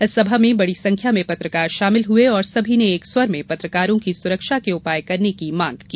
इस सभा में बड़ी संख्या में पत्रकार शामिल हुए और सभी ने एक स्वर में पत्रकारों की सुरक्षा के उपाय करने की मांग की